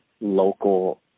local